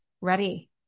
ready